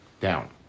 down